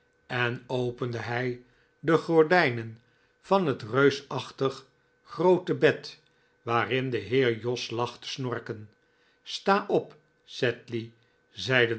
en opende hij de gordijnen van het reusachtig groote bed waarin de heer jos lag te snorken sta op